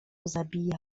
zabijać